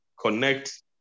connect